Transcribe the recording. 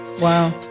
Wow